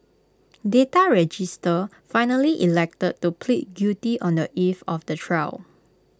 data register finally elected to plead guilty on the eve of the trial